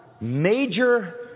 major